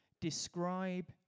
describe